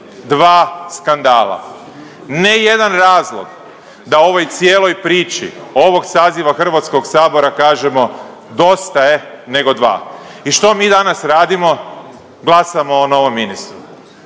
dva skandala. Ne jedan razlog da ovoj cijeloj priči ovog saziva HS kažemo dosta je nego dva. I što mi danas radimo? Glasamo o novom ministru,